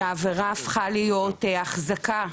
שעבירה הפכה להיות אחזקה,